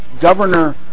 Governor